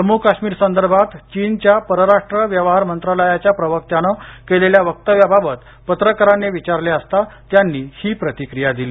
जम्मूकाश्मीर संदर्भात चीनच्या परराष्ट्र व्यवहार मंत्रालयाच्या प्रवक्त्याने केलेल्या वक्त्व्याबाबत पत्रकारांनी विचारले असता त्यांची ही प्रतिक्रिया दिली